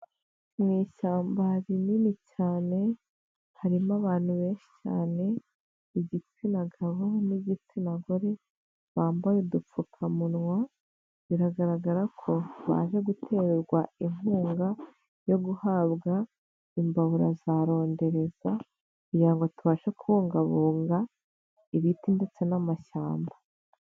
Mu ishyamba rinini cyane harimo abantu benshi cyane igitsina gabo n'igitsina gore bambaye udupfukamunwa biragaragara ko baje guterwa inkunga yo guhabwa imbabura za rondereza kugira ngo tubashe kubungabunga ibiti ndetse n'amashyamba.